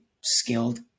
skilled